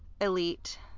elite